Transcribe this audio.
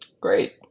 Great